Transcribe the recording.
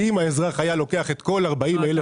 כי אם האזרח היה לוקח את כל 40,000 --- לא,